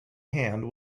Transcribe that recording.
hand